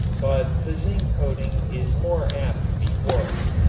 but the zinc coating is more apt to be porous.